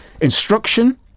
Instruction